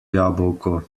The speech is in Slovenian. jabolko